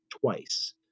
twice